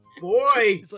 boy